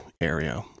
area